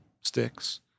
sticks